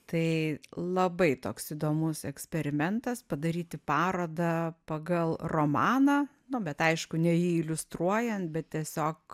tai labai toks įdomus eksperimentas padaryti parodą pagal romaną nu bet aišku ne jį iliustruojan bet tiesiog